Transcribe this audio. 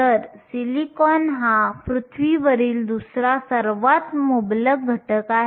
तर सिलिकॉन हा पृथ्वीवरील दुसरा सर्वात मुबलक घटक आहे